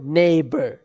neighbor